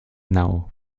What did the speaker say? now